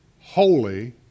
Holy